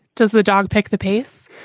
does the dog pick the pace?